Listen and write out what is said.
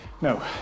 No